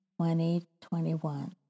2021